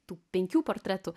tų penkių portretų